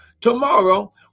tomorrow